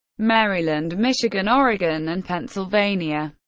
maryland, michigan, oregon, and pennsylvania.